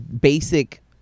basic